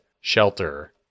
shelter